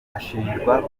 ashinjwa